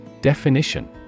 Definition